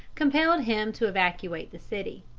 compelled him to evacuate the city.